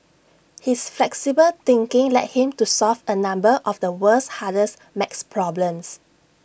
his flexible thinking led him to solve A number of the world's hardest math problems